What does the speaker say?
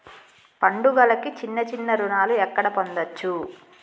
పండుగలకు చిన్న చిన్న రుణాలు ఎక్కడ పొందచ్చు?